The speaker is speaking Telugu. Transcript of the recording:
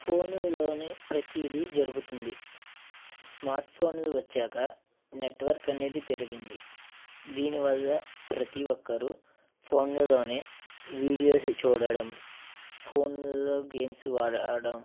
ఫోనులలో ప్రతిది జరుగుతుంది స్మార్ట్ఫోన్లు వచ్చాక నెట్వర్క్ అనేది పెరిగింది దీని వల్ల ప్రతి ఒక్కరు ఫోన్లలోనే వీడియోస్ చూడడం ఫోన్లలో గేమ్స్ ఆడ ఆడడం